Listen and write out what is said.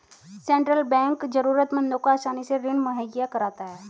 central bank जरूरतमंदों को आसानी से ऋण मुहैय्या कराता है